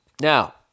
Now